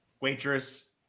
waitress